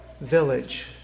village